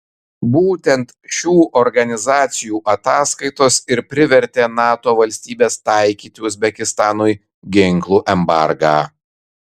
būtent šių organizacijų ataskaitos ir privertė nato valstybes taikyti uzbekistanui ginklų embargą